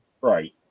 Right